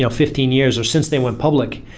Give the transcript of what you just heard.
yeah fifteen years or since they went public,